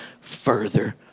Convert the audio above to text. further